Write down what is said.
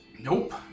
Nope